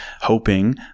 hoping